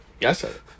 Yes